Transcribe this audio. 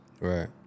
Right